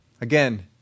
Again